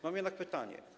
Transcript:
Mam jednak pytanie.